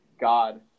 God